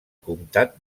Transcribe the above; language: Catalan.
comtat